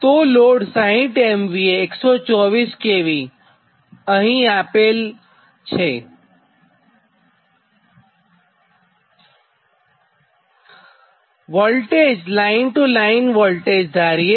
તો load 60 MVA 124 kV અહીં કંઇ આપેલ નથીતો લાઇન ટુ લાઇન ધારીએ